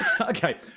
Okay